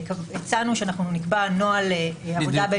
הצענו שאנחנו נקבע נוהל עבודה.